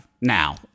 now